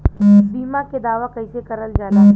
बीमा के दावा कैसे करल जाला?